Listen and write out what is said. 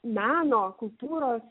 meno kultūros